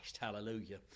hallelujah